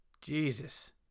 Jesus